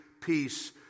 peace